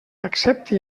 accepti